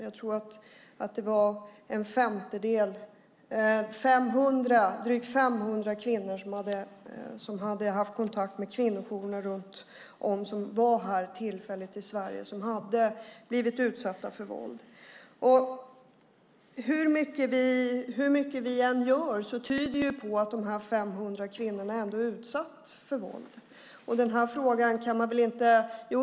Jag tror att det var drygt 500 kvinnor som hade haft kontakt med kvinnojourer som var här tillfälligt i Sverige och som hade blivit utsatta för våld. Hur mycket vi än gör tyder det på att de 500 kvinnorna ändå är utsatta för våld.